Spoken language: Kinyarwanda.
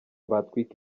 batwika